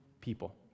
people